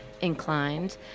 inclined